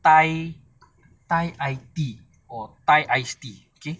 thai thai I t~ thai ice tea okay